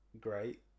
great